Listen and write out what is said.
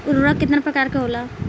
उर्वरक केतना प्रकार के होला?